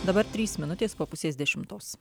dabar trys minutės po pusės dešimtos